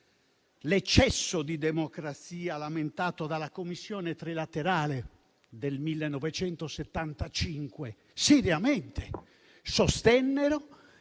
l'eccesso di democrazia lamentato dalla Commissione trilaterale del 1975: sostennero